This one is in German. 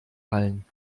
allen